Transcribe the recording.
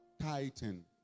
Titan